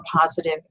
positive